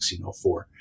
1604